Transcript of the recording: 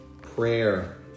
prayer